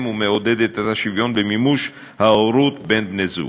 ומעודדת את השוויון במימוש ההורות בין בני-זוג.